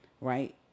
right